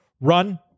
run